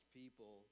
people